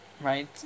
right